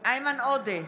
איימן עודה,